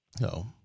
No